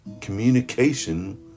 communication